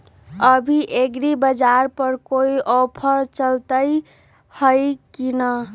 अभी एग्रीबाजार पर कोई ऑफर चलतई हई की न?